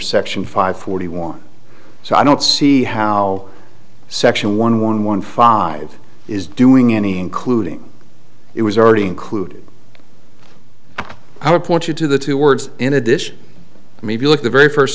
section five forty one so i don't see how section one one one five is doing any including it was already included i would point you to the two words in addition maybe like the very first